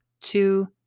two